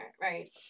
right